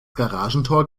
garagentor